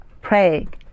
praying